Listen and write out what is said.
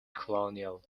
colonial